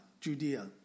Judea